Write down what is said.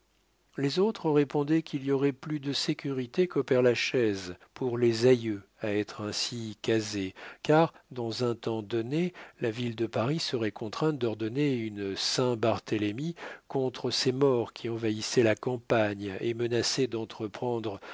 les autres répondaient qu'il y aurait plus de sécurité qu'au père-lachaise pour les aïeux à être ainsi casés car dans un temps donné la ville de paris serait contrainte d'ordonner une saint-barthélemy contre ses morts qui envahissaient la campagne et menaçaient d'entreprendre